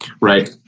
Right